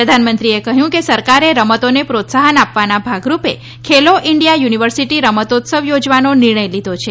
પ્રધાનમંત્રીએ કહ્યું કે સરકારે રમતોને પ્રોત્સાહન આપવાના ભાગરૂપે ખેલો ઈન્ડિયા યુનિવર્સિટી રમતોત્સવ યોજવાનો નિર્ણય લીધો છે